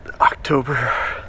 October